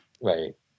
Right